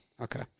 Okay